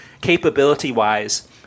capability-wise